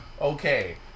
Okay